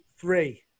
three